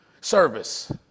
Service